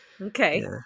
Okay